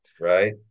Right